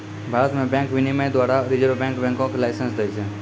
भारत मे बैंक विनियमन के द्वारा रिजर्व बैंक बैंको के लाइसेंस दै छै